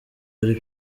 ari